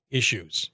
issues